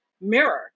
mirror